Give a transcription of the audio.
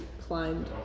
climbed